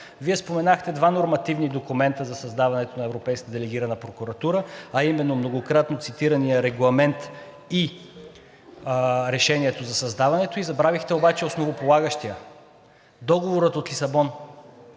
Вие споменахте два нормативни документа за създаването на Европейската делегирана прокуратура, а именно многократно цитирания Регламент и Решението за създаването ѝ. Забравихте обаче основополагащия – Договора от Лисабон.